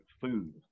food